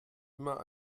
immer